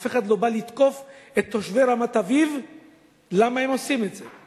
אף אחד לא בא לתקוף את תושבי רמת-אביב למה הם עושים את זה.